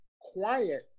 Quiet